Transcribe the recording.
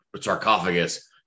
sarcophagus